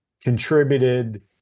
contributed